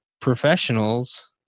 professionals